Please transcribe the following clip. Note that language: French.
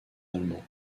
allemand